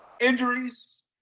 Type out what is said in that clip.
injuries